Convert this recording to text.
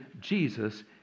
Jesus